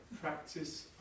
practice